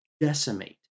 decimate